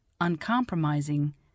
uncompromising